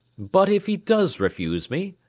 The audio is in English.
but if he does refuse me?